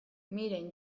miren